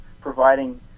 providing